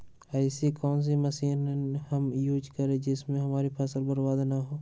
ऐसी कौन सी मशीन हम यूज करें जिससे हमारी फसल बर्बाद ना हो?